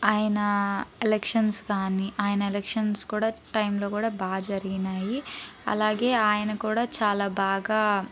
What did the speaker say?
ఆయన ఎలక్షన్స్ కానీ ఆయన ఎలక్షన్స్ కూడా టైంలో కూడా చాలా బాగా జరిగినాయి అలాగే ఆయన కూడా చాలా బాగా